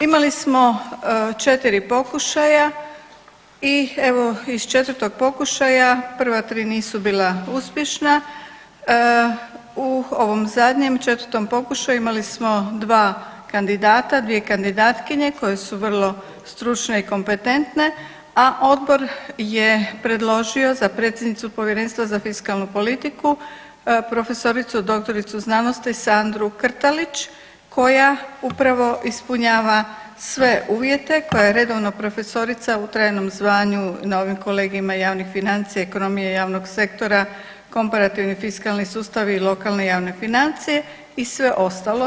Imali smo 4 pokušaja i evo, iz 4. pokušaja, prva 3 nisu bila uspješna, u ovom zadnjem 4. pokušaju imali smo 2 kandidata, 2 kandidatkinje koje su vrlo stručne i kompetentne, a Odbor je predložio za predsjednicu Povjerenstva za fiskalnu politiku profesoricu, dr.sc. Sandru Krtalić koja upravo ispunjava sve uvjete, koja je redovno profesorica u trajnom zvanju na ovim kolegijima javnih financija, ekonomije javnog sektora, komparativni fiskalni sustavi i lokalne i javne financije i sve ostalo.